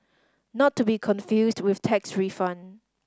not to be confused with tax refund